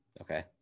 Okay